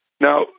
Now